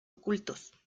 ocultos